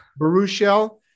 Baruchel